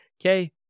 okay